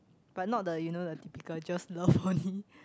but not the you know the typical just love only